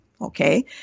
okay